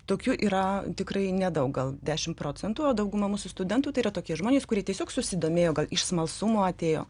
tokių yra tikrai nedaug gal dešim procentų o dauguma mūsų studentų tai yra tokie žmonės kurie tiesiog susidomėjo gal iš smalsumo atėjo